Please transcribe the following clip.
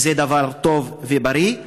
וזה דבר טוב ובריא,